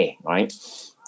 right